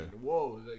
Whoa